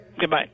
Goodbye